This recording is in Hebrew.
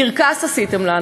קרקס עשיתם לנו.